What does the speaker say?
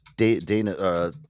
Dana